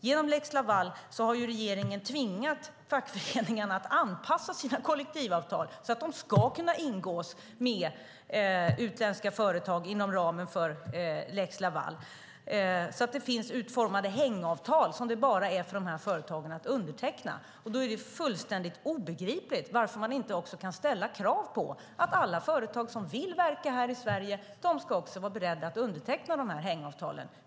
Genom lex Laval har regeringen tvingat fackföreningarna att anpassa sina kollektivavtal så att de ska kunna ingås med utländska företag inom ramen för lex Laval. Det finns alltså utformade hängavtal som dessa företag bara kan underteckna. Då är det fullständigt obegripligt varför man inte kan ställa krav på att alla företag som vill verka här i Sverige också ska vara beredda att underteckna dessa hängavtal.